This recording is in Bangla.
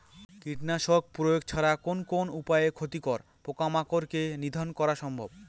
কীটনাশক প্রয়োগ ছাড়া কোন কোন উপায়ে ক্ষতিকর পোকামাকড় কে নিধন করা সম্ভব?